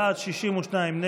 בעד, 62 נגד.